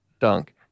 Dunk